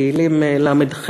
תהילים ל"ה: